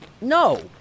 No